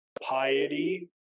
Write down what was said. piety